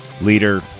leader